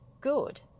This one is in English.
good